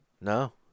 No